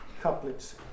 couplets